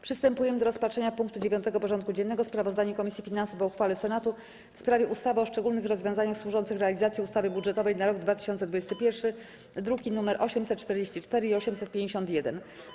Przystępujemy do rozpatrzenia punktu 9. porządku dziennego: Sprawozdanie Komisji Finansów Publicznych o uchwale Senatu w sprawie ustawy o szczególnych rozwiązaniach służących realizacji ustawy budżetowej na rok 2021 (druki nr 844 i 851)